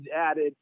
added